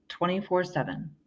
24-7